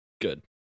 Good